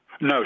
No